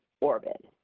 Orbit